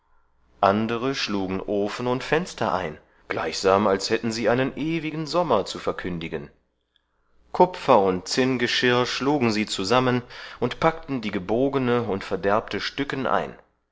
andere schlugen ofen und fenster ein gleichsam als hätten sie einen ewigen sommer zu verkündigen kupfer und zinngeschirr schlugen sie zusammen und packten die gebogene und verderbte stücken ein